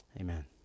Amen